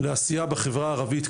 לעשייה בחברה הערבית.